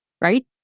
right